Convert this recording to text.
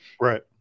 Right